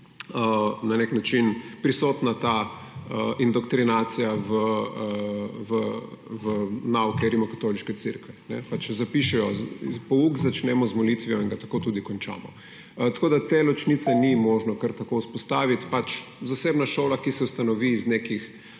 na nek način prisotna ta indoktrinacija v nauke Rimskokatoliške cerkve. Pač zapišejo, pouk začnemo z molitvijo in ga tako tudi končamo. Tako da te ločnice ni možno kar tako vzpostaviti. Zasebna šola, ki se ustanovi z nekih